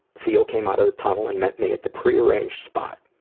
theo came out of the tunnel and met me at the prearranged spot.